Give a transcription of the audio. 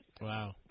Wow